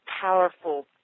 powerful